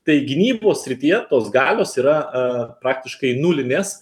tai gynybos srityje tos galios yra praktiškai nulinės